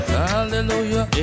hallelujah